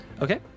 Okay